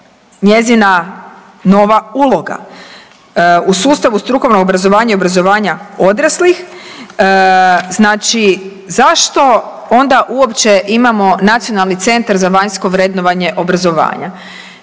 njezina nova uloga u sustavu strukovnog obrazovanja i obrazovanja odraslih znači zašto onda uopće imamo Nacionalni centar za vanjsko vrednovanje obrazovanja?